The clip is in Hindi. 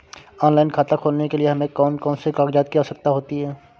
ऑनलाइन खाता खोलने के लिए हमें कौन कौन से कागजात की आवश्यकता होती है?